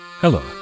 Hello